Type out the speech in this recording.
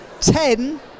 Ten